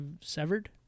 severed